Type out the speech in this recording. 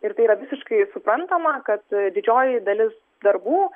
ir tai yra visiškai suprantama kad didžioji dalis darbų